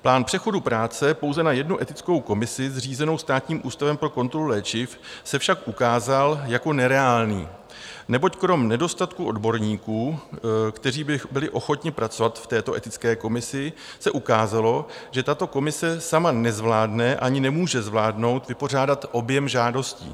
Plán přechodu práce pouze na jednu etickou komisi zřízenou Státním ústavem pro kontrolu léčiv se však ukázal jako nereálný, neboť kromě nedostatku odborníků, kteří by byli ochotni pracovat v této etické komisi, se ukázalo, že tato komise sama nezvládne ani nemůže zvládnout vypořádat objem žádostí.